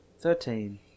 Thirteen